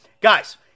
Guys